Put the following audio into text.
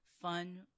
fun